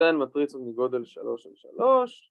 ניתן מטריצות מגודל שלוש של שלוש,